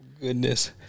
goodness